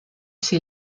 sie